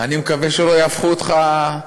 אני מקווה שלא יהפכו אותך,